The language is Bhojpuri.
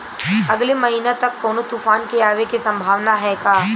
अगले महीना तक कौनो तूफान के आवे के संभावाना है क्या?